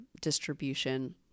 distribution